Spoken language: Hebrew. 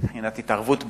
מבחינת התערבות בתכנים.